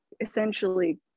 essentially